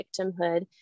victimhood